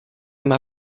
mae